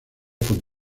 con